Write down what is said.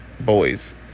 boys